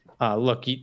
Look